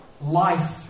life